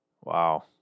Wow